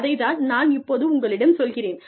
அதைத் தான் நான் இப்போது உங்களிடம் சொல்கிறேன்